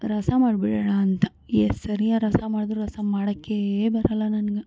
ರಸ ಮಾಡ್ಬಿಡೋಣ ಅಂತ ಎಷ್ಟು ಸರಿ ಆ ರಸ ಮಾಡಿದ್ರೂ ರಸ ಮಾಡೋಕ್ಕೇ ಬರೋಲ್ಲ ನನ್ಗೆ